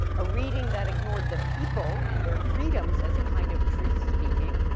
a reading that ignored the people and their freedoms as a kind of truth speaking.